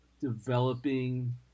developing